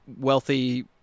wealthy